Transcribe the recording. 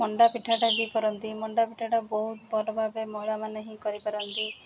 ମଣ୍ଡାପିଠାଟା ବି କରନ୍ତି ମଣ୍ଡା ପିଠାଟା ବହୁତ ଭଲ ଭାବେ ମହିଳାମାନେ ହିଁ କରିପାରନ୍ତି